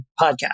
podcast